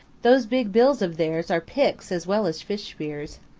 those big bills of theirs are picks as well as fish spears.